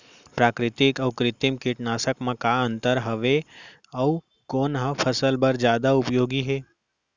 प्राकृतिक अऊ कृत्रिम कीटनाशक मा का अन्तर हावे अऊ कोन ह फसल बर जादा उपयोगी हे?